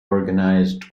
organized